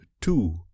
two